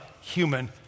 human